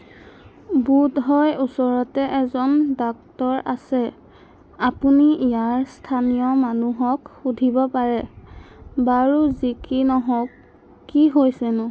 বোধহয় ওচৰতে এজন ডাক্তৰ আছে আপুনি ইয়াৰ স্থানীয় মানুহক সুধিব পাৰে বাৰু যি কি নহওক কি হৈছেনো